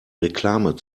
reklame